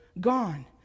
gone